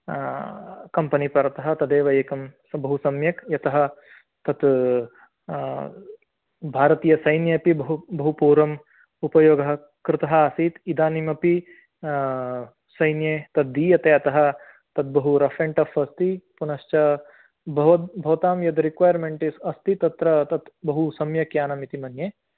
company परतः तदेव एकं बहु सम्यक् यतः तत् भारतीयसैन्य अपि बहु पूर्वं उपयोगः कृतः आसीत इदानीमपि सैन्ये तद् दीयते अतः तत् बहु रफ् अण्ड् टफ् अस्ति पुनश्च भव् भवतां यद् रेकोयर्मेण्ट्स् अस्ति तत्र तत् सम्यक् यानामिति मन्ये